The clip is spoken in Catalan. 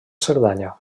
cerdanya